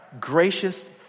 gracious